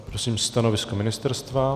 Prosím stanovisko ministerstva.